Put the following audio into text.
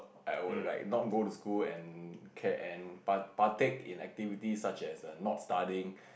I would like not go to school and can and part part take in activity such as not studying